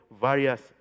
various